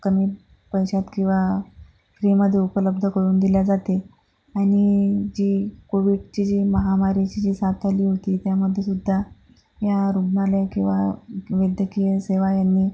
कमी पैशात किंवा फ्रीमध्ये उपलब्ध करून दिल्या जाते आणि जे कोविडचे जे महामारीची जी साथ आली होती त्यामध्येसुद्धा ह्या रुग्णालय किंवा वैद्यकीय सेवा यांनी